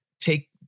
take